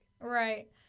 Right